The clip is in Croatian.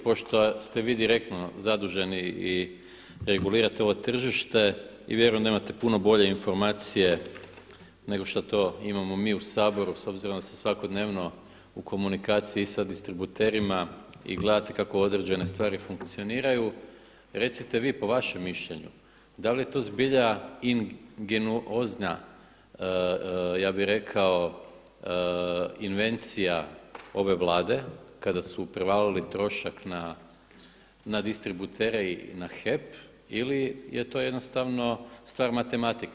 Pošto ste vi direktno zaduženi i regulirate ovo tržište i vjerujem da imate puno bolje informacije nego šta to imamo mi u Saboru s obzirom da ste svakodnevno u komunikaciji i sa distributerima i gledati kako određene stvari funkcioniraju, recite vi po vašem mišljenju, da li je to zbilja ingeniozna ja bi rekao invencija ove Vlade kada su prevalili trošak na distributere i na HEP ili je to jednostavno stvar matematike.